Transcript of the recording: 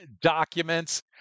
documents